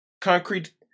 Concrete